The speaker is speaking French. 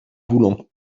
voulons